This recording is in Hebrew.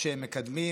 שהם מקדמים,